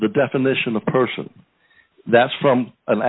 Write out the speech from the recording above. the definition of person that's from